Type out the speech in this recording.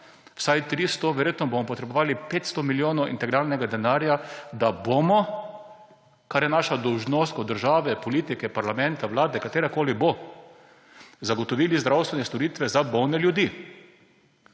vsaj 300, verjetno bomo potrebovali 500 milijonov integralnega denarja, da bomo, kar je naša dolžnost kot države, politike, parlamenta, vlade, katerakoli bo, zagotovili zdravstvene storitve za bolne ljudi.